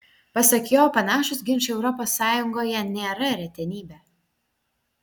pasak jo panašūs ginčai europos sąjungoje nėra retenybė